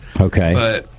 Okay